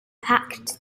packed